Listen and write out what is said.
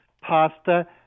pasta